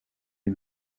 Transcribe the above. est